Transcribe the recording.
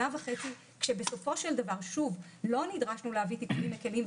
שנה וחצי כשבסופו של דבר לא נדרשנו להביא תיקונים מקלים,